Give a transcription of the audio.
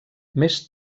més